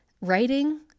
writing